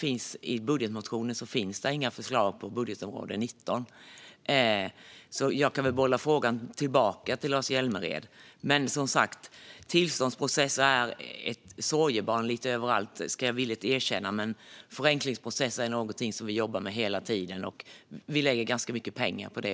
I budgetmotionen finns inga förslag på utgiftsområde 19, så jag kan bolla tillbaka frågan till Lars Hjälmered. Tillståndsprocessen är ett sorgebarn lite överallt, ska jag villigt erkänna, men regelförenklingar är som sagt något vi jobbar med hela tiden. Vi lägger också ganska mycket pengar på det.